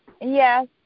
Yes